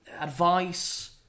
Advice